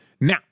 Now